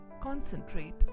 Concentrate